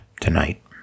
tonight